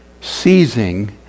Seizing